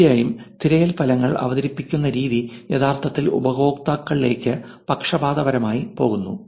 തീർച്ചയായും തിരയൽ ഫലങ്ങൾ അവതരിപ്പിക്കുന്ന രീതി യഥാർത്ഥത്തിൽ ഉപയോക്താക്കളിലേക്ക് പക്ഷപാതപരമായി പോകുന്നു